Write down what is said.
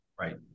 right